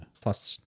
Plus